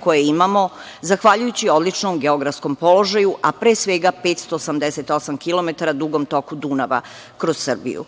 koje imamo, zahvaljujući odličnom geografskom položaju, a pre svega 588 kilometara dugom toku Dunava kroz Srbiju.